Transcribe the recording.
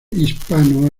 hispano